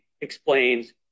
explains